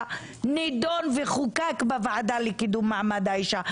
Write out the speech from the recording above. נידון וחוקק בוועדה לקידום מעמד האישה.